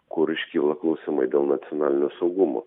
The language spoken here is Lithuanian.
kur iškyla klausimai dėl nacionalinio saugumo